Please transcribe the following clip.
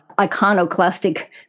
iconoclastic